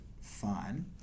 fine